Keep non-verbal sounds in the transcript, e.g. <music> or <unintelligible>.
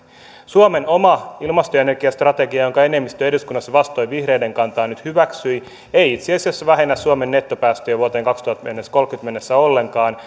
suomen oma ilmasto ja energiastrategia jonka enemmistö eduskunnassa vastoin vihreiden kantaa nyt hyväksyi ei itse asiassa vähennä suomen nettopäästöjä vuoteen kaksituhattakolmekymmentä mennessä ollenkaan <unintelligible>